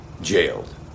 jailed